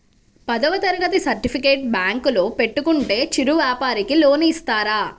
పదవ తరగతి సర్టిఫికేట్ బ్యాంకులో పెట్టుకుంటే చిరు వ్యాపారంకి లోన్ ఇస్తారా?